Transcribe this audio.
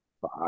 five